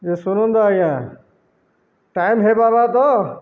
ଯେ ଶୁଣନ୍ତୁ ଆଜ୍ଞା ଟାଇମ୍ ହେଇପାରବା ତ